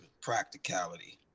practicality